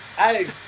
Hey